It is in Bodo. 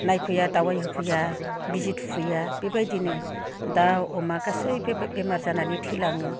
नायफैया दावाय होफैया बिजि थुफैया बेबायदिनो दाउ अमा गासैबो बेमार जानानै थैलाङो